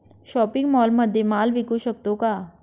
Shopping मॉलमध्ये माल विकू शकतो का?